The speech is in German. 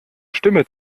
stimme